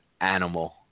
animal